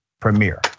premiere